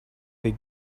they